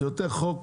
זה יותר חוק